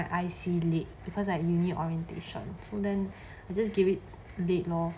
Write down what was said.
I see late because like uni orientation for then I just give it late lor